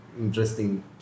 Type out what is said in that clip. interesting